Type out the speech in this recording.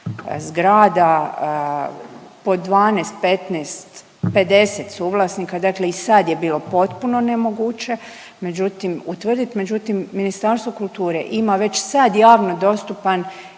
zgrada po 12, 15, 50 suvlasnika. Dakle i sad je bio potpuno nemoguće, međutim utvrdit međutim Ministarstvo kulture ima već sad javno dostupan